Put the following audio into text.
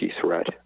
threat